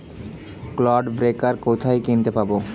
Clod breaker কোথায় কিনতে পাব?